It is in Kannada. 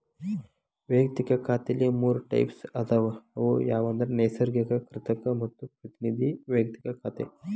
ವಯಕ್ತಿಕ ಖಾತೆಲಿ ಮೂರ್ ಟೈಪ್ಸ್ ಅದಾವ ಅವು ಯಾವಂದ್ರ ನೈಸರ್ಗಿಕ, ಕೃತಕ ಮತ್ತ ಪ್ರತಿನಿಧಿ ವೈಯಕ್ತಿಕ ಖಾತೆ